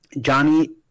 Johnny